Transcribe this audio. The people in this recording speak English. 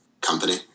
company